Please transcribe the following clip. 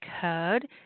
code